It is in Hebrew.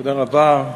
תודה רבה.